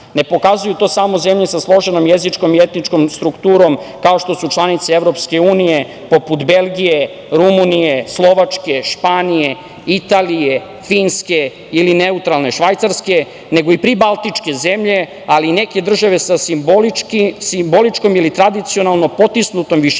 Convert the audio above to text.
Ne pokazuju to samo zemlje sa složenom jezičkom i etičkom strukturom kao što su članice EU poput Belgije, Rumunije, Slovačke, Španije, Italije, Finske ili neutralne Švajcarske, nego i pribaltičke zemlje, ali i neke države sa simboličkom i tradicionalno potisnutom jezičnošću